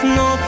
no